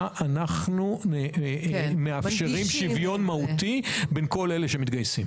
אנחנו מאפשרים שוויון מהותי בין כל אלה שמתגייסים.